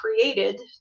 created